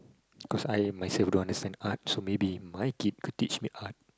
cause I myself don't understand art so maybe my kid could teach me art